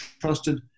trusted